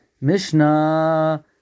Mishnah